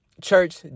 church